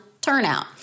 turnout